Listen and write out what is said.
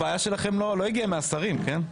הבעיה שלכם לא הגיעה מהשרים, כן?